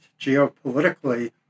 geopolitically